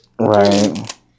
Right